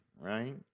right